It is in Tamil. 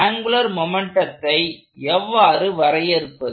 ஆங்குலர் மொமெண்ட்டத்தை எவ்வாறு வரையறுப்பது